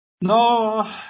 no